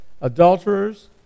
adulterers